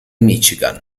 michigan